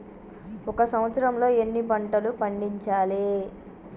ఒక సంవత్సరంలో ఎన్ని పంటలు పండించాలే?